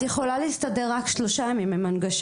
את יכולה להסתדר רק עם שלושה ימי הנגשה.